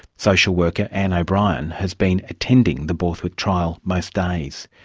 social worker anne o'brien has been attending the borthwick trial most days.